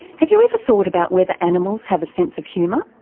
have you ever thought about whether animals have a sense of humour?